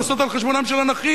עושות על חשבונם של הנכים.